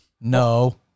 No